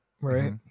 right